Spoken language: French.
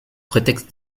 prétexte